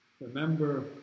Remember